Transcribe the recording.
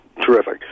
Terrific